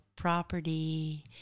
property